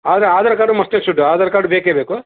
ಆದರೆ Aadhaar card must and should Aadhaar card ಬೇಕೇ ಬೇಕು